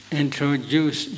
introduce